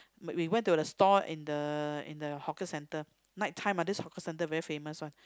we went to the stall in the in the hawker centre night time ah this hawker centre very famous one